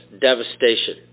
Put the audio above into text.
devastation